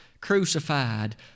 crucified